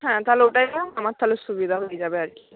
হ্যাঁ তাহলে ওটাই হোক আমার তাহলে সুবিধা হয়ে যাবে আর কি